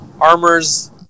armors